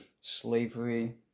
slavery